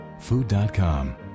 Food.com